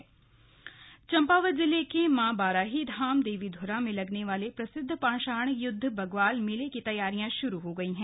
slug Bagwal मेला चम्पावत जिले के मां बाराही धाम देवीध्रा में लगने वाले प्रसिद्ध पाषाण युद्ध बग्वाल मेले की तैयारियां शुरू हो गयी है